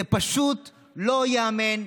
זה פשוט לא ייאמן,